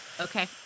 okay